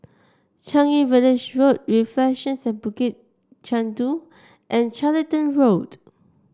Changi Village Road Reflections at Bukit Chandu and Charlton Road